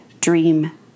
dream